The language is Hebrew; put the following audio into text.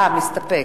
אה, מסתפק.